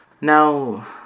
Now